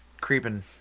creeping